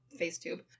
Facetube